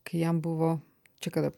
kai jam buvo čia kada